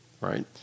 right